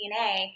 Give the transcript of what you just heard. DNA